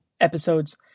episodes